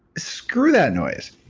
screw that noise.